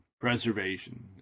preservation